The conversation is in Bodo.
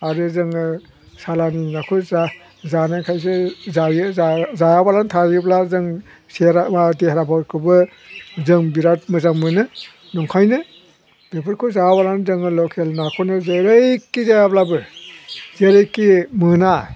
आरो जोङो सालाननि नाखौ जानायखायसो जायो जायाबालानो थायोब्ला जों सेहरा देहराफोरखौबो जों बिराद मोजां मोनो ओंखायनो बेफोरखौ जायाबालानो जोङो लकेल नाखौनो जेरैखि जायाब्लाबो जेरैखि मोना